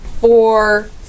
four